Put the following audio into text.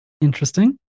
Interesting